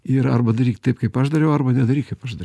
ir arba daryk taip kaip aš dariau arba nedaryk kaip aš dariau